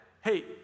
hey